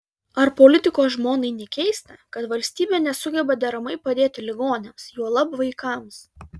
ar politiko žmonai nekeista kad valstybė nesugeba deramai padėti ligoniams juolab vaikams